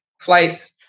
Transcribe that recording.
flights